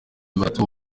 batatu